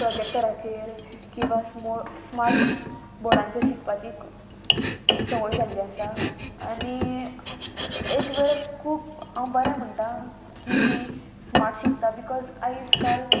प्रोजेक्टराचेर किंवां स्मो स्मार्ट बोर्डांचेर शिकपाची संवय जाल्ली आसा आनी एक वेळ खूब हांव बरें म्हणटा की ती स्मार्ट शिकता बिकॉज आयज काल